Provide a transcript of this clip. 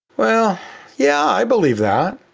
well yeah, i believe that.